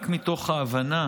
רק מתוך ההבנה